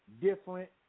different